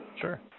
sure